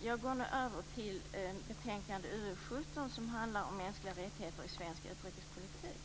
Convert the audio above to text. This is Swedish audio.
Jag går nu över till betänkande UU17, som handlar om mänskliga rättigheter i svensk utrikespolitik.